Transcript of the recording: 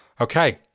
okay